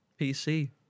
PC